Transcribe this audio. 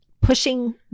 pushing